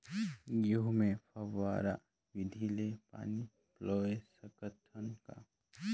गहूं मे फव्वारा विधि ले पानी पलोय सकत हन का?